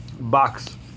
box